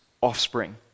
offspring